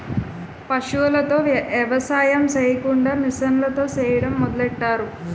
పశువులతో ఎవసాయం సెయ్యకుండా మిసన్లతో సెయ్యడం మొదలెట్టారు